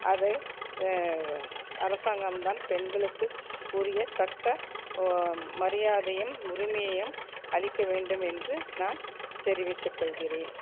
அது அரசாங்கம் தான் பெண்களுக்கு உரிய தக்க மரியாதையையும் உரிமையையும் அளிக்கவேண்டும் என்று நான் தெரிவித்துக்கொள்கிறேன்